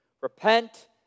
repent